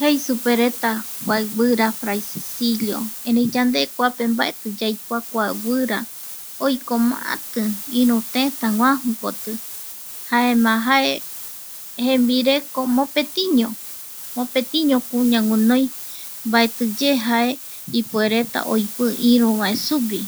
Jei supereta kua guira fraicicillo erei yande kuape mbaeti yaikua kua guira oiko maati iru tëtä guaju koti jaema jae jembireko mopetiño mopetiño kuña guinoi maetiye jae ipuereta oipii iru vae sugui.